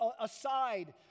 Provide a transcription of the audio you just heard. aside